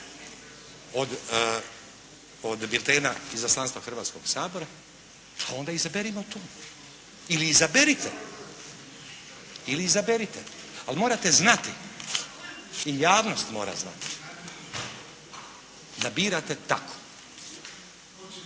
od biltena Izaslanstva Hrvatskoga sabora, pa onda izaberimo to, ili izaberite. Ili izaberite, al' morate znati i javnost mora znati da birate tako.